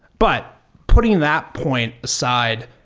but putting that point aside,